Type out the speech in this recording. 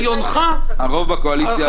הרוב בקואליציה הקיימת.